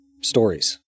stories